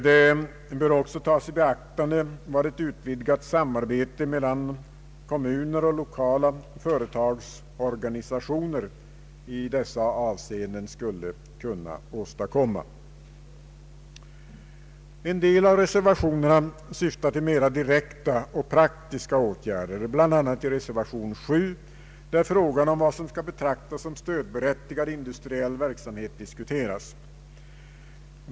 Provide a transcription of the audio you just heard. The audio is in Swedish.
Man bör också ta i beaktande vad ett utvidgat samarbete mellan kommuner och lokala företagsorganisationer i dessa avseenden skulle kunna åstadkomma. En del reservationer syftar till mera direkta och praktiska åtgärder, bl.a. reservation 7, där frågan om vad som skall betraktas som stödberättigad industriell verksamhet diskuteras.